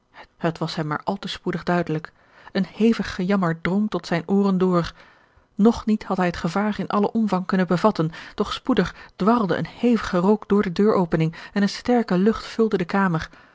het was hem maar al te spoedig duidelijk een hevig gejammer drong tot zijne ooren door nog niet had hij het gevaar in allen omvang kunnen bevatten doch spoedig dwarlde een hevige rook door de deuropening en eene sterke lucht vulde de kamer